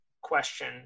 question